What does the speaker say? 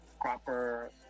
proper